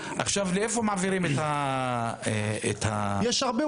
עכשיו לאיפה מעבירים את ה- -- יש הרבה,